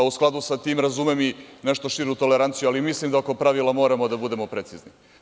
U skladu sa tim razumem i nešto širu toleranciju, ali mislim da oko pravila moramo da budemo precizni.